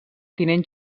tinent